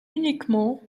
uniquement